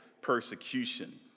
persecution